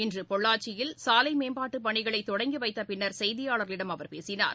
இன்றபொள்ளாச்சியில் சாலைமேம்பாட்டுப் பணிகளைதொடங்கிவைத்தபின்னர் செய்தியாளர்களிடம் அவர் பேசினார்